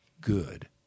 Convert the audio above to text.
good